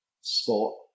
sport